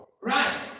right